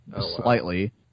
slightly